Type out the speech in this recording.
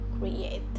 create